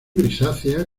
grisácea